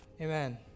amen